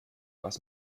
was